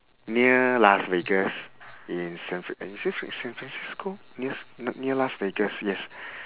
near las vegas in san fran~ is it san francisco near near las vegas yes